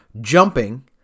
jumping